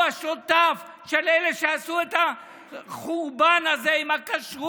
הוא השותף של אלה שעשו את החורבן הזה עם הכשרות.